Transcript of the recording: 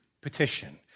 petition